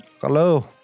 Hello